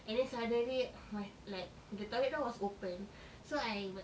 and then suddenly my like the toilet door was open so I we